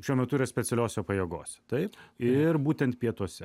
šiuo metu yra specialiose pajėgose taip ir būtent pietuose